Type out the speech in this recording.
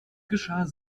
geschah